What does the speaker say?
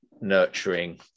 nurturing